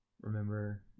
remember